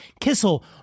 kissel